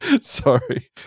sorry